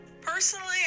Personally